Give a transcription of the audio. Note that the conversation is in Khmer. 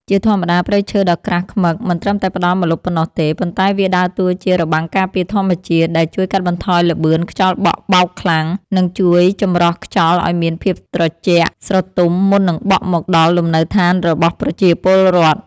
ជាធម្មតា ព្រៃឈើដ៏ក្រាស់ឃ្មឹកមិនត្រឹមតែផ្ដល់ម្លប់ប៉ុណ្ណោះទេ ប៉ុន្តែវាដើរតួជា របាំងការពារធម្មជាតិ ដែលជួយកាត់បន្ថយល្បឿនខ្យល់បក់បោកខ្លាំង និងជួយចម្រោះខ្យល់ឱ្យមានភាពត្រជាក់ស្រទុំមុននឹងបក់មកដល់លំនៅឋានរបស់ប្រជាពលរដ្ឋ។